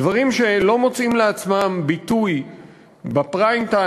דברים שלא מוצאים לעצמם ביטוי בפריים-טיים